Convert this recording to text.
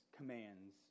commands